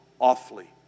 awfully